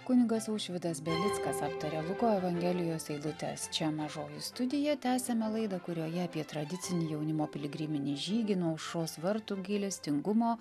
kunigas aušvidas belickas aptaria luko evangelijos eilutes čia mažoji studija tęsiame laidą kurioje apie tradicinį jaunimo piligriminį žygį nuo aušros vartų gailestingumo